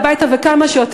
ולהגיד: